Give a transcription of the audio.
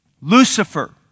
Lucifer